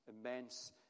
Immense